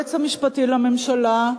היועץ המשפטי לממשלה,